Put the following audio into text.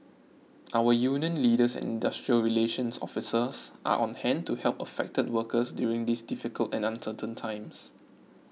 our union leaders and industrial relations officers are on hand to help affected workers during these difficult and uncertain times